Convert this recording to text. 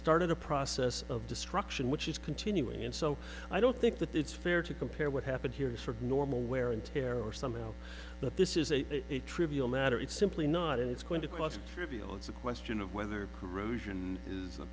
started a process of destruction which is continuing and so i don't think that it's fair to compare what happened here is from normal wear and tear or something else that this is a a trivial matter it's simply not and it's going to cost trivial it's a question of whether corrosion is